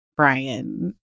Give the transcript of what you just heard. Brian